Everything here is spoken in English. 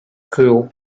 quo